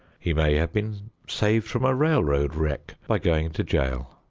he may have been saved from a railroad wreck by going to jail.